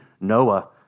Noah